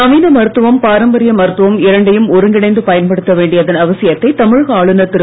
நவீன மருத்துவம் பாரம்பரிய மருத்துவம் இரண்டையும் ஒருங்கிணைந்து பயன்படுத்த வேண்டியதன் அவசியத்தை தமிழக ஆளுனர் திரு